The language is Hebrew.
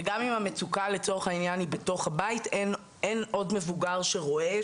וגם אם המצוקה היא לצורך הענין בתוך הבית אין עוד מבוגר שרואה,